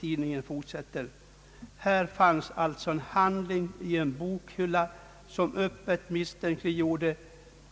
Tidningen fortsätter sin redogörelse: Här fanns alltså en handling i en bokhylla som öppet misstänkliggjorde